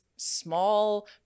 small